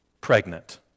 pregnant